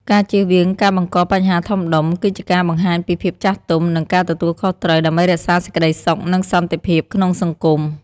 ការជៀសវាងការបង្កបញ្ហាធំដុំ គឺជាការបង្ហាញពីភាពចាស់ទុំ និងការទទួលខុសត្រូវ ដើម្បីរក្សាសេចក្តីសុខ និងសន្តិភាពក្នុងសង្គម។